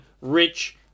rich